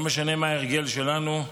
לא משנה מה ההרגל שלנו,